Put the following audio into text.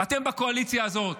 ואתם בקואליציה הזאת,